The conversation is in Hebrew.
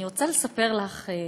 אני רוצה לספר לך,